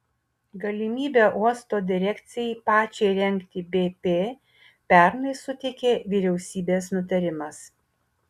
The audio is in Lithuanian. galimybę uosto direkcijai pačiai rengti bp pernai suteikė vyriausybės nutarimas